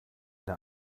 der